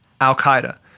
al-Qaeda